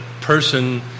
person